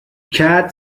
cat